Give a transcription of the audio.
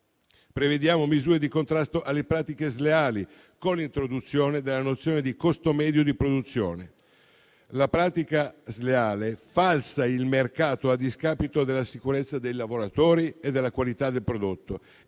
Prevediamo misure di contrasto alle pratiche sleali, con l'introduzione della nozione di costo medio di produzione. La pratica sleale falsa il mercato a discapito della sicurezza dei lavoratori e della qualità del prodotto.